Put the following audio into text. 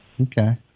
Okay